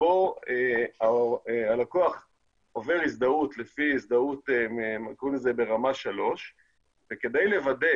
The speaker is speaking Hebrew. בו הלקוח עובר הזדהות לפי הזדהות שקוראים לה רמה 3 וכדי לוודא